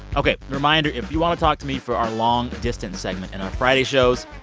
ok. reminder if you want to talk to me for our long distance segment in our friday shows,